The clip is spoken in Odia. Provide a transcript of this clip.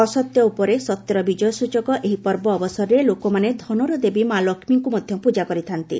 ଅସତ୍ୟ ଉପରେ ସତ୍ୟର ବିଜୟ ସ୍ୱଚକ ଏହି ପର୍ବ ଅବସରରେ ଲୋକମାନେ ଧନର ଦେବୀ ମା' ଲକ୍ଷ୍କୀଙ୍କୁ ମଧ୍ୟ ପୂଜା କରିଥାନ୍ତି